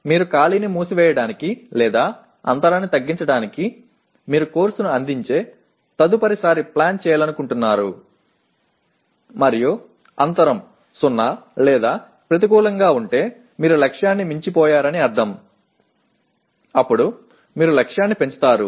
మీరు ఖాళీని మూసివేయడానికి లేదా అంతరాన్ని తగ్గించడానికి మీరు కోర్సును అందించే తదుపరిసారి ప్లాన్ చేయాలనుకుంటున్నారు మరియు అంతరం 0 లేదా ప్రతికూలంగా ఉంటే మీరు లక్ష్యాన్ని మించిపోయారని అర్థం అప్పుడు మీరు లక్ష్యాన్ని పెంచుతారు